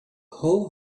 hull